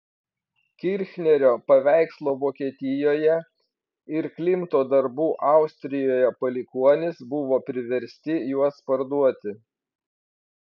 kirchnerio paveikslo vokietijoje ir klimto darbų austrijoje palikuonys buvo priversti juos parduoti